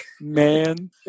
man